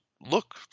look